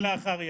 זה לא כלאחר יד.